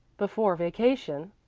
before vacation,